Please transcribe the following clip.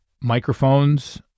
microphones